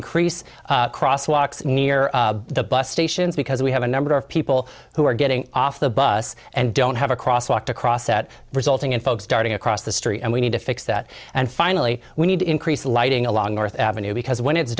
increase crosswalks near the bus stations because we have a number of people who are getting off the bus and don't have a cross walked across that resulting in folks darting across the street and we need to fix that and finally we need to increase the lighting along north avenue because when it's